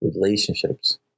relationships